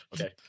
Okay